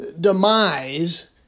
demise